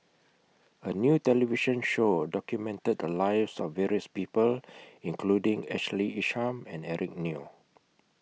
A New television Show documented The Lives of various People including Ashley Isham and Eric Neo